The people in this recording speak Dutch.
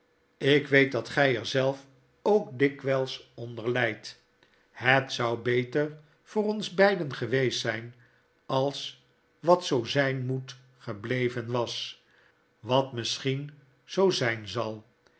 ik weet dat gij er zelf ook dikwjjls onder lydt het zou deter voor ons beiden geweest zijn als wat zoo zijn m o e t gebleven was wat misschien zoo ztjn zal